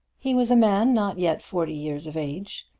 he was a man not yet forty years of age,